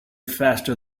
faster